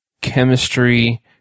chemistry